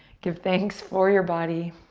give thanks for your body.